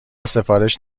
سفارش